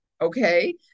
Okay